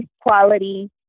quality